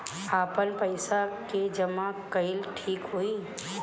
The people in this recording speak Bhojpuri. आपन पईसा के जमा कईल ठीक होई?